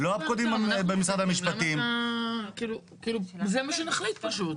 למה אתה, זה מה שנחליט פשוט.